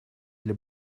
для